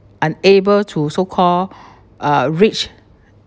unable to so call uh reach